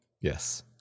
Yes